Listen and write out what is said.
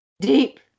deep